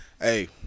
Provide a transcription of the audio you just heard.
Hey